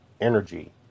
energy